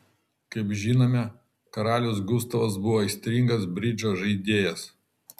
kaip žinome karalius gustavas buvo aistringas bridžo žaidėjas